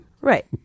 Right